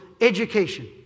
education